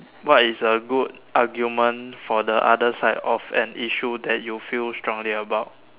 what is a good argument for the other side of an issue that you feel strongly about